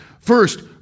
First